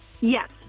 Yes